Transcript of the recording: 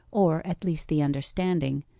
or at least the understanding,